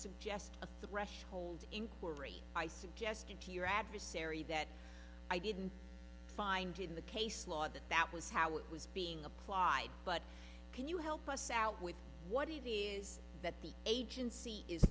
threshold inquiry i suggest into your adversary that i didn't find in the case law that that was how it was being applied but can you help us out with what he is that the agency is